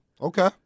Okay